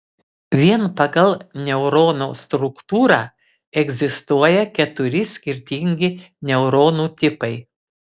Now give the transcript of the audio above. vien pagal neurono struktūrą egzistuoja keturi skirtingi neuronų tipai